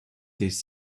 these